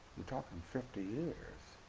you're talking fifty years